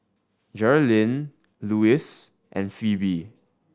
Geralyn Luis and Pheobe